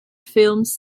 films